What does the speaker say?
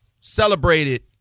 celebrated